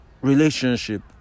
relationship